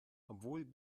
obwohl